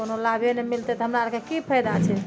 कोनो लाभे नहि मिलतै तऽ हमरा आरके की फैदा छै